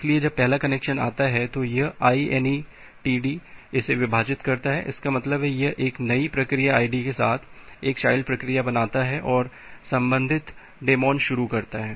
इसलिए जब पहला कनेक्शन आता है तो यह inetd इसे विभाजित करता है इसका मतलब है यह एक नई प्रक्रिया आईडी के साथ एक चाइल्ड प्रक्रिया बनाता है और संबंधित डेमॉन शुरू करता है